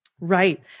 Right